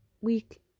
week